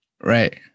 Right